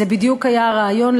זה בדיוק היה הרעיון,